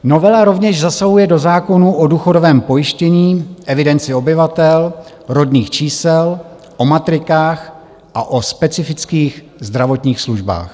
Novela rovněž zasahuje do zákonů o důchodovém pojištění, evidenci obyvatel, rodných čísel, o matrikách a o specifických zdravotních službách.